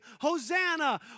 Hosanna